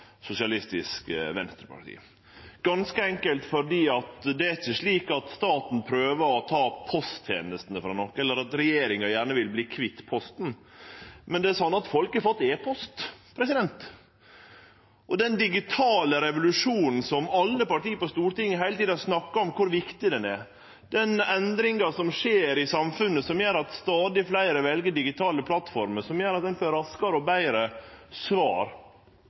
Sosialistisk Venstreparti – ganske enkelt fordi det ikkje er slik at staten prøver å ta posttenestene frå nokon, eller at regjeringa gjerne vil verte kvitt posten, men det er sånn at folk har fått e-post. Og den digitale revolusjonen som alle parti på Stortinget heile tida snakkar om er så viktig, den endringa som skjer i samfunnet som gjer at stadig fleire vel digitale plattformer, som gjer at ein får raskare og betre svar,